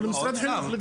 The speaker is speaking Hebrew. או למשרד החינוך.